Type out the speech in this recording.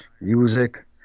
music